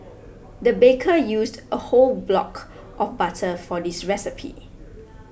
the baker used a whole block of butter for this recipe